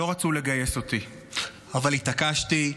לא רצו לגייס אותי אבל התעקשתי,